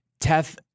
Teth